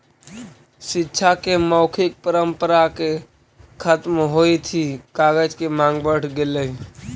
शिक्षा के मौखिक परम्परा के खत्म होइत ही कागज के माँग बढ़ गेलइ